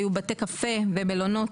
היו בתי קפה ומלונות.